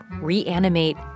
reanimate